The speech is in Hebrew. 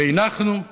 והנחנו.